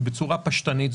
בצורה פשטנית,